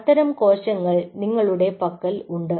അത്തരം കോശങ്ങൾ നിങ്ങളുടെ പക്കൽ ഉണ്ട്